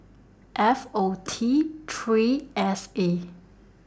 F O T three S A